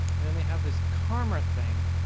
and then they have this karma thing,